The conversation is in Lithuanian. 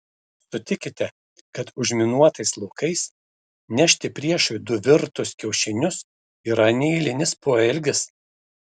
sutikite kad užminuotais laukais nešti priešui du virtus kiaušinius yra neeilinis poelgis